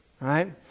right